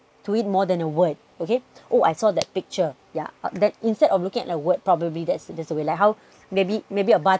to it more than a word okay oh I saw that picture yeah that instead of looking at a word probably that's the way like how maybe maybe a bathroom